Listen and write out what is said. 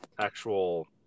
actual